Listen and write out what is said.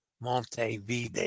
Montevideo